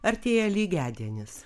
artėja lygiadienis